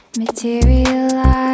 materialize